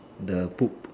the poop